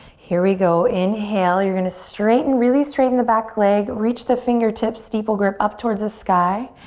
here we go, inhale. you're gonna straighten, really straighten the back leg. reach the fingertips, steeple grip, up towards the sky.